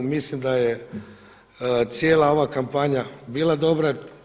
Mislim da je cijela ova kampanja bila dobra.